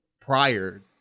prior